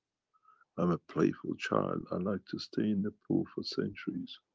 um ah playful child, i like to stay in the pool for centuries.